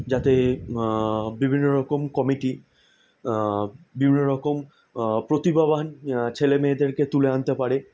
যাতে বিভিন্ন রকম কমিটি বিভিন্ন রকম প্রতিভাবান ছেলে মেয়েদেরকে তুলে আনতে পারে